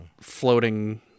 floating